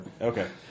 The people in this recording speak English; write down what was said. Okay